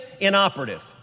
inoperative